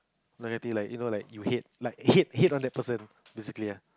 negative like you know like you hate like hate hate on that person